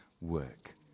work